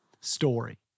story